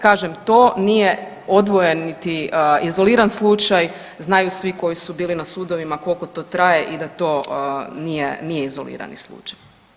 Kaže to nije odvojen niti izoliran slučaj, znaju svi koji su bili na sudovima koliko to traje i da to nije, nije izolirani slučaj.